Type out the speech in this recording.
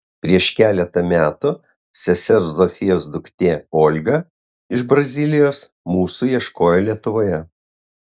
prieš keletą metų sesers zofijos duktė olga iš brazilijos mūsų ieškojo lietuvoje